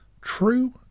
True